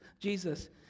Jesus